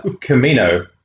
Camino